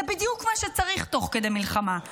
זה בדיוק מה שצריך תוך כדי מלחמה.